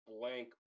blank